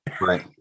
Right